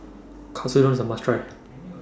Katsudon IS A must Try